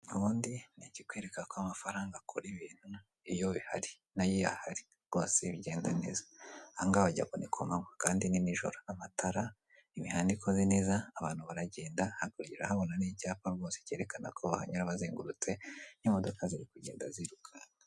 Ubundi nicyikwereka ko amafaranga akora ibintu iyo bihari nayo iyo ahari, rwose bigenda neza ahangaha wagira ngo ni kumanwa kandi ni nijoro amatara imihanda ikoze neza abantu baragenda hakurya urahabona n'icyapa rwose cyerekana ko bahanyura bazengurutse n'imodoka ziri kugenda zirukanka.